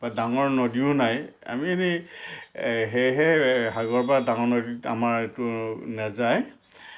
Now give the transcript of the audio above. বা ডাঙৰ নদীও নাই আমি এনেই সেয়েহে সাগৰ বা ডাঙৰ নদীত আমাৰতো নেযায়